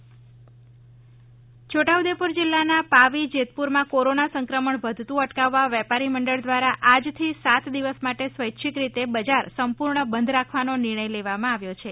છોટા ઉદેપુર સ્વૈચ્છિક લૉકડાઉન છોટા ઉદેપુર જિલ્લાના પાવી જેતપુરમાં કોરોના સંક્રમણ વધતું અટકાવવા વેપારી મંડળ દ્વારા આજથી સાત દિવસ માટે સ્વૈચ્છિક રીતે બજાર સંપૂર્ણ બંધ રાખવાનો નિર્ણય લેવામાં આવ્યો છે